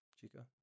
Chico